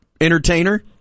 entertainer